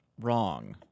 wrong